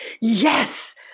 yes